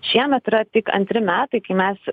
šiemet yra tik antri metai kai mes